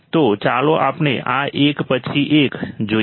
તો ચાલો આપણે આએક પછી એક જોઈએ